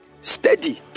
Steady